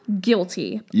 guilty